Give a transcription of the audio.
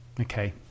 Okay